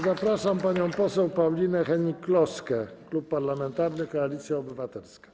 Zapraszam panią poseł Paulinę Hennig-Kloskę, Klub Parlamentarny Koalicja Obywatelska.